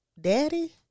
daddy